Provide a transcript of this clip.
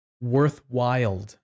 worthwhile